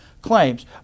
claims